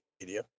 media